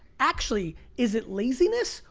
actually, is it laziness?